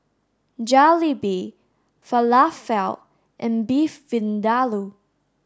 Jalebi Falafel and Beef Vindaloo